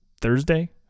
Thursday